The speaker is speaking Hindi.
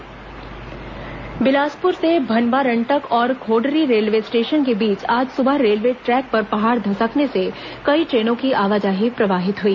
ट्रेन प्रभावित बिलासपुर से भनवारंटक और खोडरी रेलवे स्टेशन के बीच आज सुबह रेलवे ट्रैक पर पहाड़ धसकने से कई ट्रेनों की आवाजाही प्रभावित हई